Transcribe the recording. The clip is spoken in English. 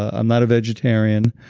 i'm not a vegetarian.